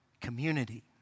community